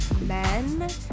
men